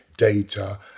data